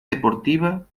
deportiva